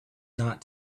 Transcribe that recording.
not